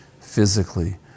physically